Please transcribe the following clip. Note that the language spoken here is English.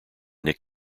nick